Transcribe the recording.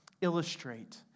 illustrate